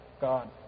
God